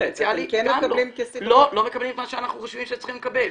לא מקבלים את מה שאנחנו חושבים שאנחנו צריכים לקבל.